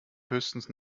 höchstens